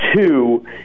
Two